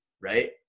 right